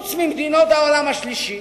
חוץ ממדינות העולם השלישי,